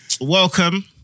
welcome